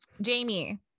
jamie